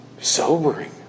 Sobering